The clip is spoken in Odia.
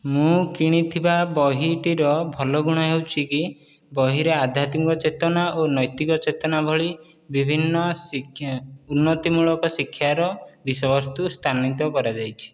ମୁଁ କିଣିଥିବା ବହିଟିର ଭଲ ଗୁଣ ହେଉଛିକି ବହିରେ ଅଧ୍ୟାତ୍ମିକ ଚେତନା ଏବଂ ନୈତିକ ଚେତନା ଭଳି ବିଭିନ୍ନ ଉନ୍ନତି ମୂଳକ ଶିକ୍ଷାର ବିଷୟବସ୍ତୁ ସ୍ଥାନିତ କରାଯାଇଛି